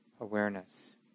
awareness